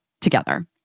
together